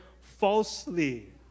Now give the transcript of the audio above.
falsely